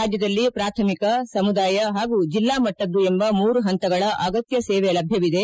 ರಾಜ್ಕದಲ್ಲಿ ಪ್ರಾಥಮಿಕ ಸಮುದಾಯ ಪಾಗೂ ಜಲ್ಲಾ ಮಟ್ಟದ್ದು ಎಂಬ ಮೂರು ಪಂತಗಳ ಅಗತ್ಯಸೇವೆ ಲಭ್ಯವಿದೆ